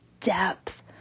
depth